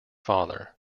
father